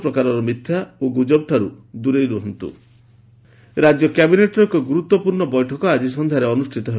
ମୁଁ ସମ୍ ମିଥ୍ୟା ଓ ଗୁଜବଠାରୁ ଦୂରେଇ ରହୁନ୍ତୁ କ୍ୟାବିନେଟ୍ ବୈଠକ ରାଜ୍ୟ କ୍ୟାବିନେଟ୍ର ଏକ ଗୁରୁତ୍ପୂର୍ଶ୍ଣ ବୈଠକ ଆଜି ସଂଧ୍ୟାରେ ଅନୁଷିତ ହେବ